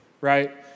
right